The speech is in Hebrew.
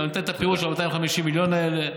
וגם אתן את הפירוט של ה-250 מיליון האלה,